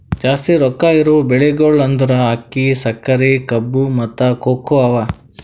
ಜಾಸ್ತಿ ರೊಕ್ಕಾ ಇರವು ಬೆಳಿಗೊಳ್ ಅಂದುರ್ ಅಕ್ಕಿ, ಸಕರಿ, ಕಬ್ಬು, ಮತ್ತ ಕೋಕೋ ಅವಾ